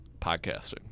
podcasting